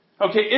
Okay